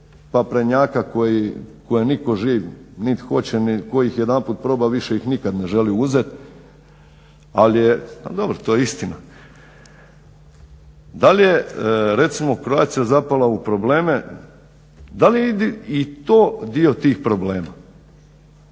paprenjaka koje nitko živ niti hoće a tko ih jedanput proba više ih nikad ne želi uzeti. Ali je, dobro to je istina. Da li je recimo Croatia zapala u probleme, da li je i to dio tih problema?